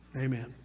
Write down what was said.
Amen